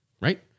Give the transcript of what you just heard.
Right